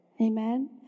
Amen